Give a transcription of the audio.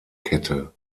kette